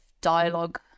dialogue